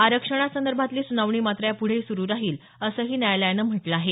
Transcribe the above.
आरक्षणासंदर्भातली सुनावणी मात्र या पुढेही सुरू राहील असंही न्यायालयानं म्हटलं आहे